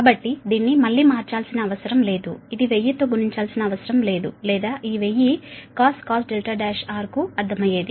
కాబట్టి దీన్ని మళ్ళీ మార్చాల్సిన అవసరం లేదు ఇది 1000 తో గుణించాల్సిన అవసరం లేదు లేదా ఈ 1000 cos R1 కు అర్థమయ్యేది